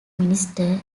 minister